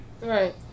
Right